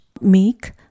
make